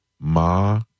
ma